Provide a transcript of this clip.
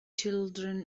children